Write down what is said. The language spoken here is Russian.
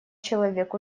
человек